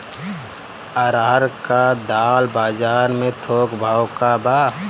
अरहर क दाल बजार में थोक भाव का बा?